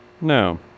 No